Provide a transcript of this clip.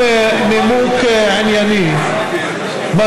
תודה רבה, אדוני היושב בראש.